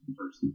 first